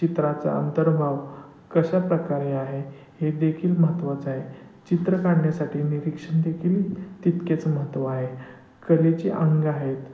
चित्राचा अंतर्भाव कशा प्रकारे आहे हे देखील महत्त्वाचं आहे चित्र काढण्यासाठी निरीक्षण देखील तितकेच महत्त्व आहे कलेची अंग आहेत